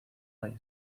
high